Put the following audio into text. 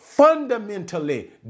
fundamentally